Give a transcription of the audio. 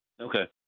Okay